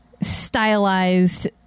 stylized